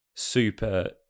super